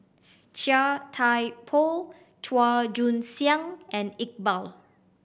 Chia Thye Poh Chua Joon Siang and Iqbal